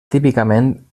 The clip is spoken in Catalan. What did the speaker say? típicament